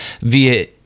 via